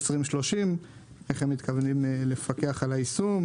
ואיך הם מתכוונים לפקח על היישום.